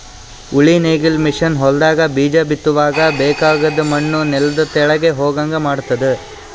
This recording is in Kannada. ಉಳಿ ನೇಗಿಲ್ ಮಷೀನ್ ಹೊಲದಾಗ ಬೀಜ ಬಿತ್ತುವಾಗ ಬೇಕಾಗದ್ ಮಣ್ಣು ನೆಲದ ತೆಳಗ್ ಹೋಗಂಗ್ ಮಾಡ್ತುದ